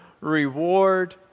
reward